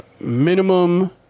minimum